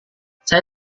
saya